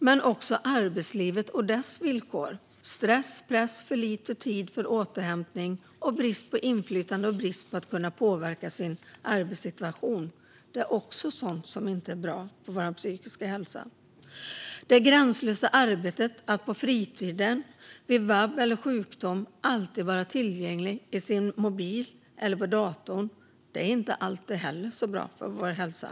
Men det kan också handla om arbetslivet och dess villkor - stress, press, för lite tid för återhämtning, brist på inflytande och brist när det gäller att kunna påverka sin arbetssituation. Det är också sådant som inte är bra för vår psykiska hälsa. Det gränslösa arbetet - att på fritiden, vid vab eller sjukdom alltid vara tillgänglig i sin mobil eller på datorn - är inte heller alltid så bra för vår hälsa.